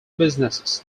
businesses